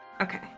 okay